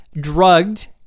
drugged